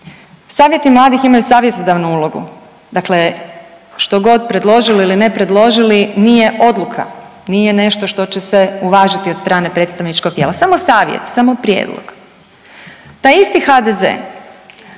Savjeti mladih imaju savjetodavnu ulogu, dakle što god predložili ili ne predložili nije odluka. Nije nešto što će se uvažiti od strane predstavničkog tijela, samo savjet, samo prijedlog. Taj isti HDZ